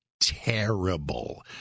terrible